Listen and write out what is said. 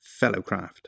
Fellowcraft